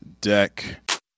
deck